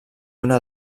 una